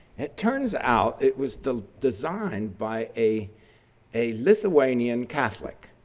it turns out it was designed by a a lithuanian catholic